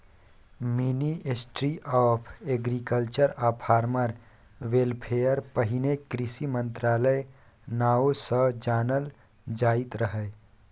ministry of agriculture आ farmer welfare पहिने कृषि मंत्रालय नाओ सँ जानल जाइत रहय